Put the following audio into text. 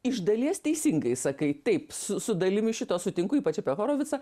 iš dalies teisingai sakai taip su su dalimi šito sutinku ypač apie horovicą